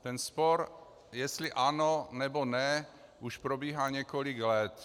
Ten spor, jestli ano, nebo ne, už probíhá několik let.